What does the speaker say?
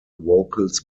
vocals